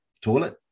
toilet